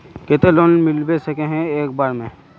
केते लोन मिलबे सके है एक बार में?